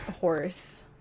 horse